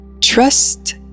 trust